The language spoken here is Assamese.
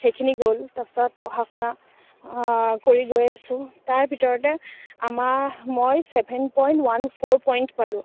সেইখিনি গ'ল তাৰ পাছত পঢ়া শুনা কৰি গৈ আছোঁ তাৰ ভিতৰতে আমাৰ মই seven point one four point পালোঁ